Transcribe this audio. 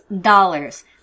dollars